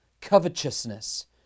covetousness